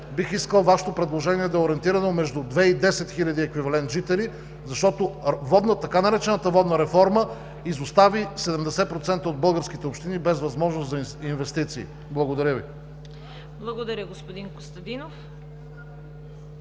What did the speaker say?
Бих искал Вашето предложение да е ориентирано между 2-10 хиляди еквивалент жители, защото така наречената „водна реформа“ изостави 70% от българските общини без възможност за инвестиции. Благодаря Ви. ПРЕДСЕДАТЕЛ ЦВЕТА КАРАЯНЧЕВА: